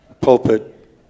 pulpit